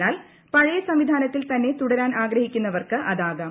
എന്നാൽ പഴയ സംവിധാനത്തിൽ തന്നെ തുടരാൻ ആഗ്രഹിക്കുന്നവർക്ക് അതാകാം